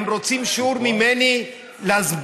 הם רוצים שיעור ממני להסביר,